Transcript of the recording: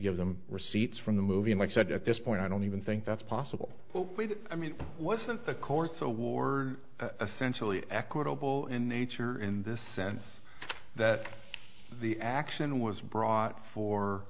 give them receipts from the movie and i said at this point i don't even think that's possible i mean it wasn't the court's award essential equitable in nature in the sense that the action was brought for